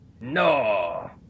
No